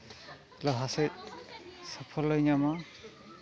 ᱞᱟᱦᱟ ᱥᱮᱜ ᱥᱟᱯᱷᱚᱞᱞᱚ ᱧᱟᱢᱟ